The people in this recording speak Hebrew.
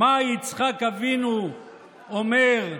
מה יצחק אבינו אומר,